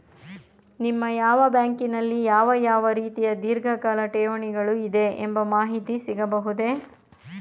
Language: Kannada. ನಿಮ್ಮ ಬ್ಯಾಂಕಿನಲ್ಲಿ ಯಾವ ಯಾವ ರೀತಿಯ ಧೀರ್ಘಕಾಲ ಠೇವಣಿಗಳು ಇದೆ ಎಂಬ ಮಾಹಿತಿ ಸಿಗಬಹುದೇ?